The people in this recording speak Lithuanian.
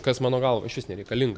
kas mano galva išvis nereikalinga